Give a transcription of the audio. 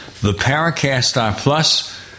theparacast.plus